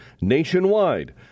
nationwide